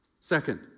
Second